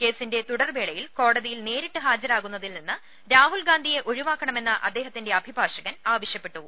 കേസിന്റെ തുടർവേളയിൽ കോടതിയിൽ നേരിട്ട് ഹാജരാ കുന്നതിൽ നിന്ന് രാഹുൽ ഗാന്ധിയെ ഒഴിവാക്കണമെന്ന് അദ്ദേ ഹത്തിന്റെ അഭിഭാഷകൻ ആവശ്യപ്പെട്ടു